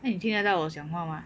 你听得到我讲话吗